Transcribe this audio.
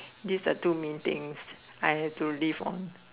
this are two main things I have to live on